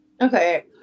Okay